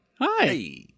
Hi